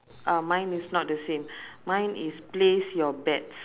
uh mine is not the same mine is place your bets